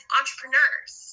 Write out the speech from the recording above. entrepreneurs